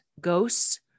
Ghosts